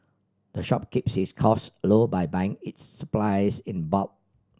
the shop keeps its costs low by buying its supplies in bulk